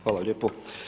Hvala lijepo.